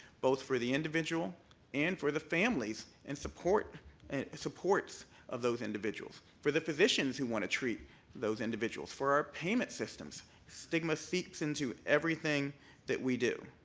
both for the individual and for the families and and supports of those individuals. for the physicians who want to treat those individuals. for our payment systems. stigma seeps into everything that we do.